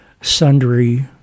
sundry